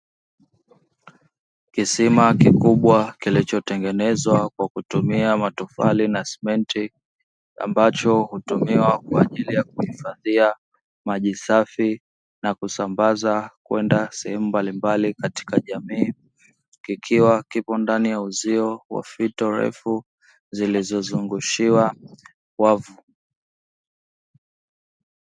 Kisima kikubwa kilichotengenezwa kwa kutumia matofali na cementi ambacho hutumiwa kwa ajili ya kuhifadhia maji safi na kusambaza kwenda sehemu mbalimbali katika jamii, kikiwa kipo ndani ya uzio wa fito refu zilizozungushiwa wavu.